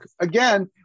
Again